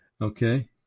Okay